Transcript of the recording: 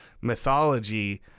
mythology